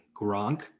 Gronk